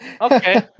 okay